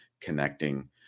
connecting